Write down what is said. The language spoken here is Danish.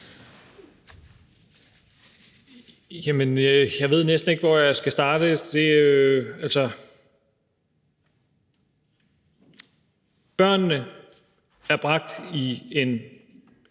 (S): Jeg ved næsten ikke, hvor jeg skal starte. Børnene er bragt i en